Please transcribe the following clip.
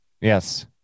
Yes